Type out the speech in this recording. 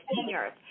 seniors